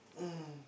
mm